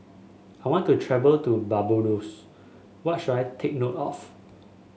I want to travel to Barbados what should I take note of